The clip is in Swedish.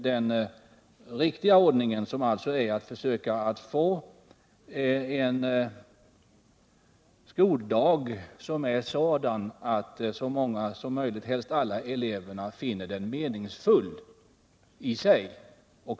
Den riktiga ordningen är att försöka få en skoldag som är sådan att så många som möjligt av eleverna, helst alla, finner den meningsfull i sig.